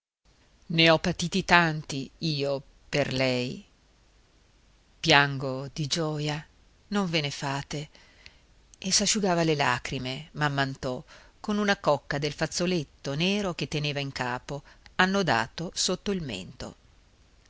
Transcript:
ho patiti tanti io per lei piango di gioja non ve ne fate e s'asciugava le lagrime mamm'anto con una cocca del fazzoletto nero che teneva in capo annodato sotto il mento